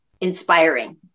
inspiring